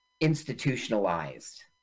institutionalized